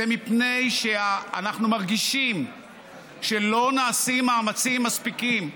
זה מפני שאנחנו מרגישים שלא נעשים מאמצים מספיקים,